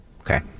Okay